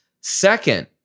Second